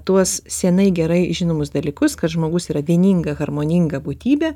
tuos senai gerai žinomus dalykus kad žmogus yra vieninga harmoninga būtybė